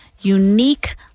unique